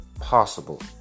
possible